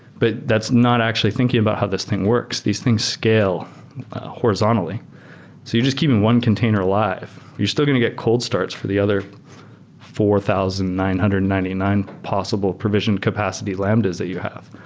but that's not actually thinking about how this thing works. these things scale horizontally you're just keeping one container alive. you're still going to get cold starts for the other four thousand nine hundred and ninety nine possible provision capacity lambdas that you have.